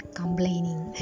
complaining